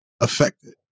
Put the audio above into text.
affected